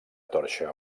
torxa